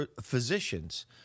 physicians